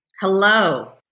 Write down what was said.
Hello